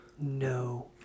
No